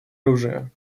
оружия